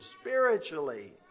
spiritually